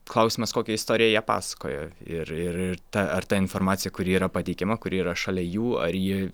klausimas kokią istoriją jie pasakojo ir ir ir ta ar ta informacija kuri yra pateikiama kuri yra šalia jų ar ji